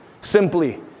simply